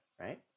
right